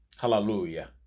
Hallelujah